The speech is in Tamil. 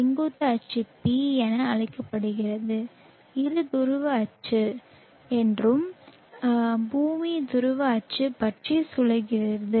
செங்குத்து அச்சு P என அழைக்கப்படுகிறது இது துருவ அச்சு என்றும் பூமி துருவ அச்சு பற்றி சுழல்கிறது